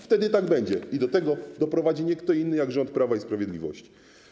Wtedy tak będzie i do tego doprowadzi nie kto inny jak rząd Prawa i Sprawiedliwości.